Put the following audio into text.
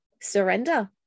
surrender